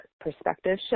perspective